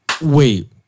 Wait